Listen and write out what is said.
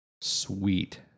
Sweet